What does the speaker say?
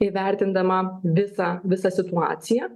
įvertindama visą visą situaciją